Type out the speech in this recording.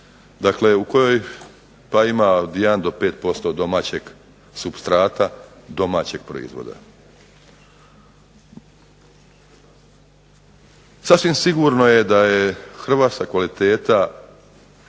dakle u kojoj ima od 1 do 5% domaćeg supstrata domaćeg proizvoda. Sasvim sigurno je da je hrvatska kvaliteta